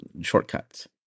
shortcuts